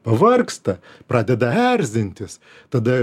pavargsta pradeda erzintis tada